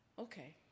okay